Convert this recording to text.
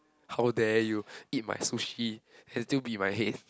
how dare you eat my sushi and still beat my head